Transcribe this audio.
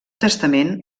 testament